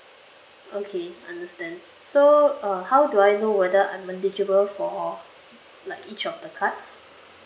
okay understand so uh how do I know whether I'm eligible for like each of the cards